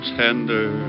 tender